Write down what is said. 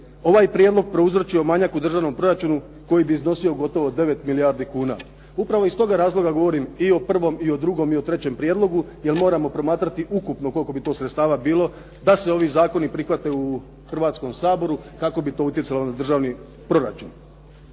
ovaj prijedlog prouzročio manjak u državnom proračunu koji bi iznosio gotovo 9 milijardi kuna. Upravo iz toga razloga govorim i o prvom i o drugom i o trećem prijedlogu jer moramo promatrati ukupno koliko bi to sredstava bilo da se ovi zakoni prihvate u Hrvatskom saboru kako bi to utjecalo na državni proračun.